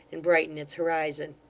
and brighten its horizon.